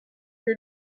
que